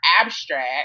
abstract